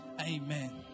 Amen